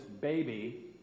baby